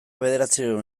bederatziehun